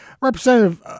Representative